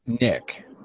Nick